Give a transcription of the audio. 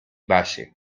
valle